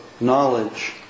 knowledge